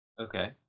Okay